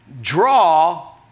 Draw